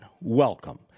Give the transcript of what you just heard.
Welcome